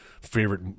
favorite